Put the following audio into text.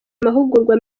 amahugurwa